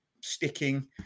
sticking